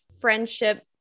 friendship